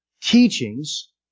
teachings